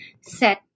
set